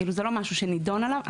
זה לא משהו שנידון עליו,